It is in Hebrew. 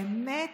באמת,